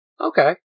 Okay